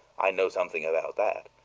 i know something about that.